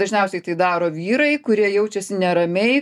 dažniausiai tai daro vyrai kurie jaučiasi neramiai